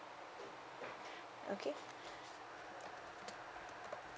okay